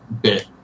bit